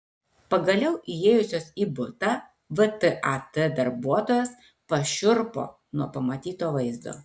pagaliau įėjusios į butą vtat darbuotojos pašiurpo nuo pamatyto vaizdo